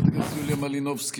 חברת הכנסת יוליה מלינובסקי,